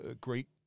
great